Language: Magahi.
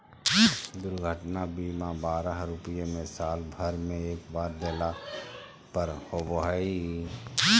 दुर्घटना बीमा बारह रुपया में साल भर में एक बार देला पर होबो हइ